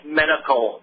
medical